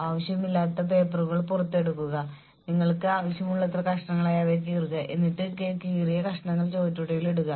വ്യത്യസ്ത തരത്തിലുള്ള ജീവനക്കാർക്കായി വ്യത്യസ്ത തരത്തിലുള്ള ഗോവണികൾക്കായി ഡ്യുവൽ കരിയർ ഗോവണി സ്ഥാപിക്കുക